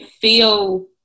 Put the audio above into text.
feel